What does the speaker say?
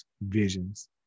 visions